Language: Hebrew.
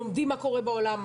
לומדים מה קורה בעולם,